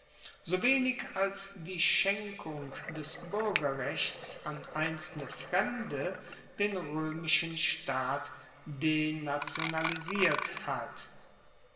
so wenig als die schenkung des buergerrechts an einzelne fremde den roemischen staat denationalisiert hat